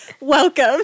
Welcome